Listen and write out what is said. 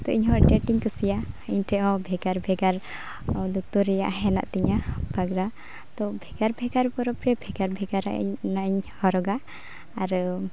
ᱛᱚ ᱤᱧᱦᱚᱸ ᱟᱹᱰᱤ ᱟᱸᱴᱤᱧ ᱠᱩᱥᱤᱭᱟᱜᱼᱟ ᱤᱧᱴᱷᱮᱱ ᱦᱚᱸ ᱵᱷᱮᱜᱟᱨᱼᱵᱷᱮᱜᱟᱨ ᱞᱩᱛᱩᱨ ᱨᱮᱭᱟᱜ ᱦᱮᱱᱟᱜ ᱛᱤᱧᱟᱹ ᱯᱟᱜᱽᱨᱟ ᱛᱚ ᱵᱷᱮᱜᱟᱨᱼᱵᱷᱮᱜᱟᱨ ᱯᱩᱨᱟᱹᱯᱩᱨᱤ ᱵᱷᱮᱜᱟᱨᱼᱵᱷᱮᱜᱟᱨᱟᱜ ᱤᱧ ᱚᱱᱟᱧ ᱦᱚᱨᱚᱜᱟ ᱟᱨᱚ